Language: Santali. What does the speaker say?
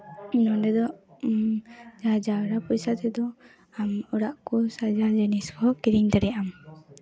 ᱚᱸᱰᱮ ᱫᱚ ᱡᱟᱦᱟᱸ ᱡᱟᱣᱨᱟ ᱯᱚᱭᱥᱟ ᱛᱮᱫᱚ ᱟᱢ ᱚᱲᱟᱜ ᱠᱚ ᱥᱟᱡᱟᱣ ᱡᱤᱱᱤᱥ ᱦᱚᱸ ᱠᱤᱨᱤᱧ ᱫᱟᱲᱮᱜ ᱟᱢ